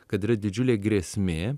kad yra didžiulė grėsmė